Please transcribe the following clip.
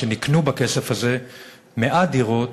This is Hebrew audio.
שנקנו בכסף הזה מעט דירות,